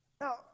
Now